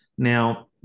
Now